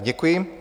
Děkuji.